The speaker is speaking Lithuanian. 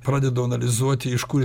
pradedu analizuoti iš kur